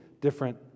different